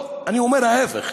70 שנה לא הרעיש, רק הפעם,